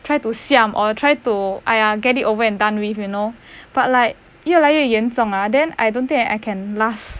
try to siam or try to !aiya! get it over and done with you know but like 越来越严重 ah then I don't think I can last